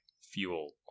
fuel